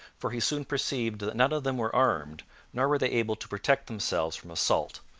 for he soon perceived that none of them were armed nor were they able to protect themselves from assault,